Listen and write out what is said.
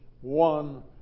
one